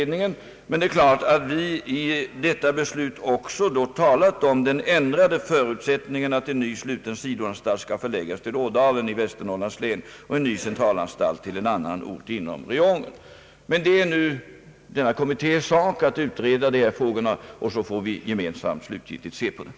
Det är klart att vi också talat om den ändrade förutsättningen att en ny sluten sidoanstalt skall förläggas till Ådalen i Västernorrlands län och en ny centralanstalt till en annan ort inom regionen. Det är nu kommitténs sak att utreda dessa frågor, och sedan får vi gemensamt se på utredningsresultatet.